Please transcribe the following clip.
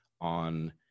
on